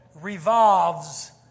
revolves